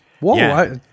whoa